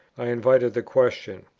i invited the question.